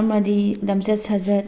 ꯑꯃꯗꯤ ꯂꯝꯆꯠ ꯁꯥꯖꯠ